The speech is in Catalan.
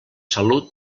salut